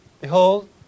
Behold